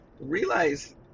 realize